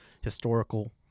historical